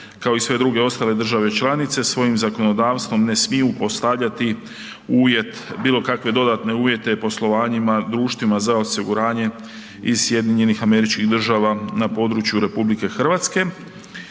kao i sve ostale države članice svojim zakonodavstvom ne smiju ostavljati uvjet, bilo kakve dodatne uvjete poslovanjima društvima za osiguranje iz SAD-a na području RH.